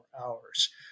hours